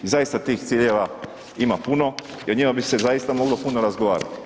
Zaista tih ciljeva ima puno i o njima bi se zaista moglo puno razgovarati.